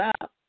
up